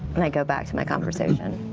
and i go back to my conversation.